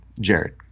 Jared